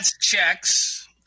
checks